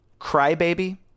Crybaby